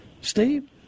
Steve